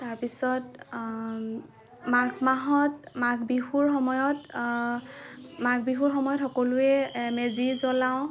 তাৰ পিছত মাঘ মাহত মাঘ বিহুৰ সময়ত মাঘ বিহুৰ সময়ত সকলোৱে মেজি জ্বলাওঁ